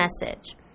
message